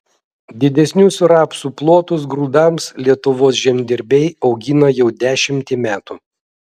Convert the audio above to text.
didesnius rapsų plotus grūdams lietuvos žemdirbiai augina jau dešimtį metų